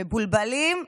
מבולבלים?